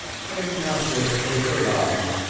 i'm not wishful for larnin',